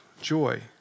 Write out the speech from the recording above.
joy